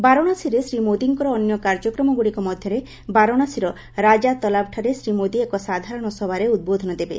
ବାରାଣସୀରେ ଶ୍ରୀ ମୋଦିଙ୍କର ଅନ୍ୟ କାର୍ଯ୍ୟକ୍ରମଗ୍ରଡ଼ିକ ମଧ୍ୟରେ ବାରାଣସୀର ରାଜା ତଲାବ୍ ଠାରେ ଶ୍ରୀ ମୋଦି ଏକ ସାଧାରଣ ସଭାରେ ଉଦ୍ବୋଧନ ଦେବେ